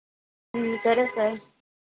సరే సార్